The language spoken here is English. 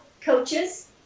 coaches